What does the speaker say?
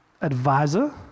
advisor